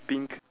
pink